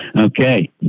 Okay